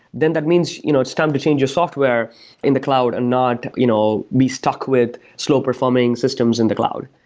then that means you know it's time to change your software in the cloud and not you know be stuck with slow performing systems in the cloud.